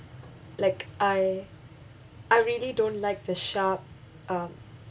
like I I really don't like the sharp um